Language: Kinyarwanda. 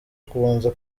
kubanza